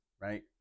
right